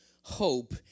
hope